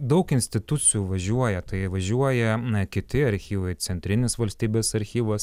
daug institucijų važiuoja tai važiuoja kiti archyvai centrinis valstybės archyvas